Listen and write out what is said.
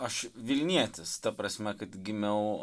aš vilnietis ta prasme kad gimiau